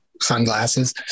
sunglasses